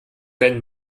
deinen